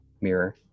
mirror